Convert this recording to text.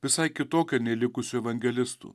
visai kitokia nei likusių evangelistų